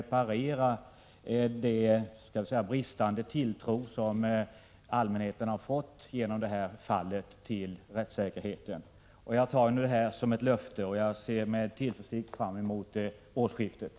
Vågar vi i fortsättningen använda verkningseld mot undervattensfarkoster som kränker svenskt territorium med tanke på risken för att det kan vara fråga om atomubåtar?